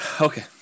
okay